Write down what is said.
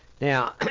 Now